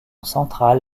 centrale